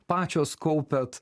pačios kaupiat